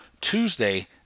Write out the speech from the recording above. Tuesday